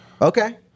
Okay